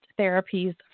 therapies